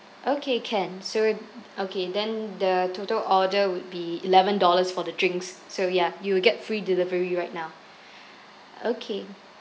okay can so okay then the total order would be eleven dollars for the drinks so ya you'll get free delivery right now okay